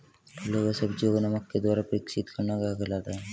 फलों व सब्जियों को नमक के द्वारा परीक्षित करना क्या कहलाता है?